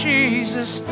Jesus